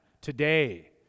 today